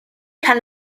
kann